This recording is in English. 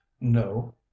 No